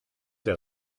der